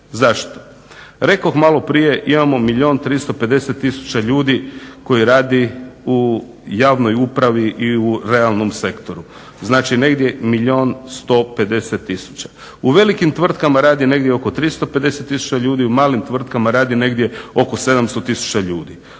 Zašto? Rekoh malo prije imamo milijun 350 tisuća ljudi koji radi u javnoj upravi i u realnom sektoru, znači negdje milijun 150 tisuća. U velikim tvrtkama radi negdje oko 350 tisuća ljudi, u malim tvrtkama negdje oko 700 tisuća ljudi.